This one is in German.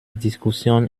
diskussion